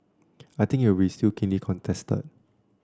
I think will still be keenly contested